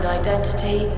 identity